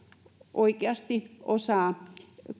oikeasti osaa